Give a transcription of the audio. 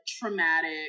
traumatic